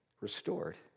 restored